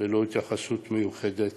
ללא התייחסות מיוחדת.